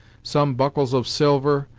some buckles of silver,